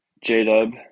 J-Dub